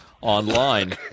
online